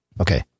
Okay